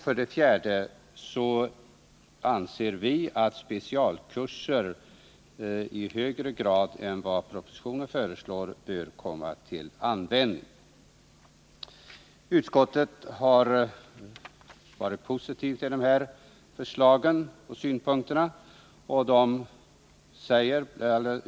För det fjärde bör, enligt vår mening, specialkurser komma till användning i högre grad än som föreslås i propositionen. Utskottet har ställt sig positivt till de här förslagen och synpunkterna.